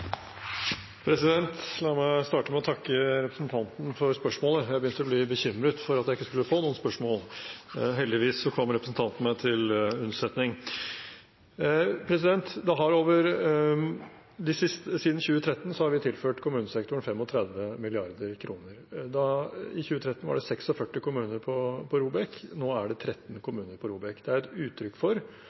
kommuneproposisjonen? La meg starte med å takke representanten for spørsmålet. Jeg begynte å bli bekymret for at jeg ikke skulle få noen spørsmål. Heldigvis kom representanten meg til unnsetning. Siden 2013 har vi tilført kommunesektoren 35 mrd. kr. I 2013 var det 46 kommuner på ROBEK-listen, nå er det 13 kommuner. Det er et uttrykk for